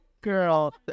Girl